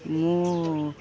ମୁଁ